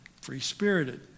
free-spirited